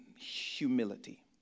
humility